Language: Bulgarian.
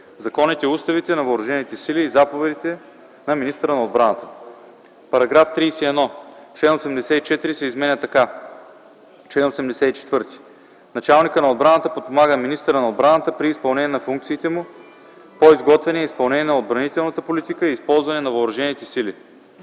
законите, уставите на въоръжените сили и заповедите на министъра на отбраната.” § 31. Член 84 се изменя така: „Чл. 84. Началникът на отбраната подпомага министъра на отбраната при изпълнение на функциите му по изготвяне и изпълнение на отбранителната политика и използване на въоръжените сили.”